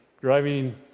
driving